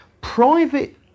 private